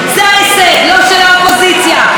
האופוזיציה לא רק שלא עזרה אלא הפריעה,